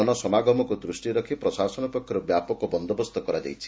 ଜନ ସମାଗମକୁ ଦୂଷ୍ଟିରେ ରଖ୍ ପ୍ରଶାସନ ପକ୍ଷରୁ ବ୍ୟାପକ ବନ୍ଦୋବସ୍ତ କରାଯାଇଛି